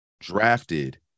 drafted